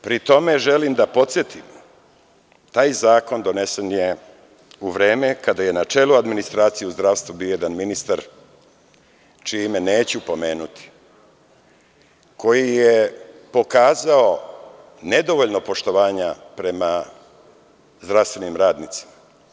Pri tome, želim da podsetim, taj zakon donesen je u vreme kada je na čelu administracije u zdravstvu bio jedan ministar čije ime neću pomenuti, koji je pokazao nedovoljno poštovanja prema zdravstvenim radnicima.